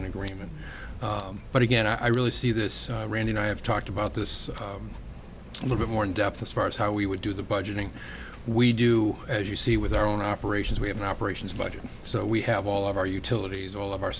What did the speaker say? in agreement but again i really see this randy and i have talked about this little bit more in depth as far as how we would do the budgeting we do as you see with our own operations we have an operations budget so we have all of our utilities all of our